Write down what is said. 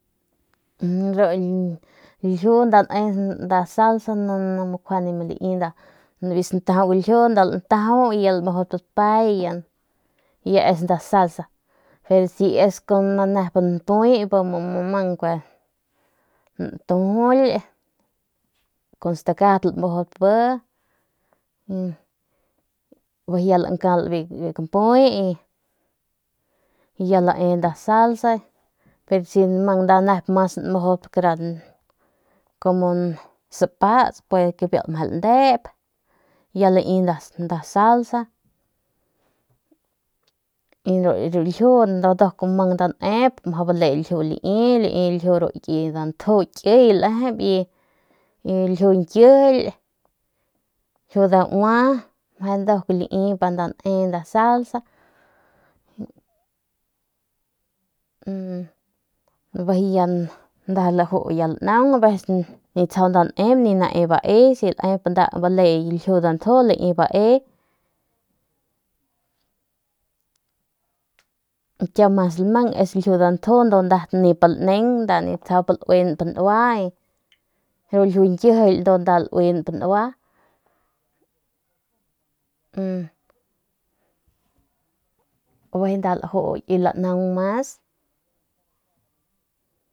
Biu nju ni kjuande nda lae nda salsa kun biu santaju galjiu nda lamujube kante y ya es nda salsa pero sies kunn puy bi mu mang nda latujuly kun stakat lamujudp bi y ya lankal biu kampuy bijiy ya lae nda salsa pero si nep mas nda mang nmujudp kumu sapats u ya lai nda salsa y biu lechuga ni nep nda mang nep mjau bale ljiu lai ru ki dantju kiy lejep ljiu nkijily ljiu daua meje nduk lai pa nda ne nda salsa bijiy ya nda laju ya lanaung aveces ni tsau nda ne bae si nda laep imp bale ljiu dantju lai mjau baekiau mas.